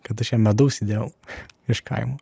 kad aš jam medaus įdėjau iš kaimo